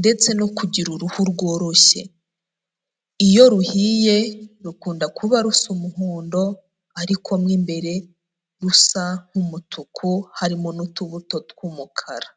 ndetse no kugira uruhu rworoshye, iyo ruhiye rukunda kuba rusa umuhondo, ariko mo imbere rusa nk'umutuku harimo n'utubuto tw'umukara.